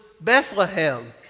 Bethlehem